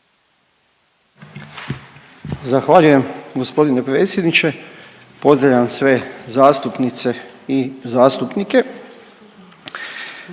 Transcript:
Zahvaljujem g. predsjedniče. Pozdravljam sve zastupnice i zastupnike.